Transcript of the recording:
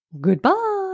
goodbye